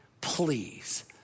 please